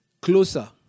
Closer